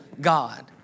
God